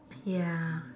ya